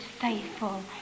faithful